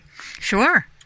Sure